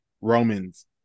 Roman's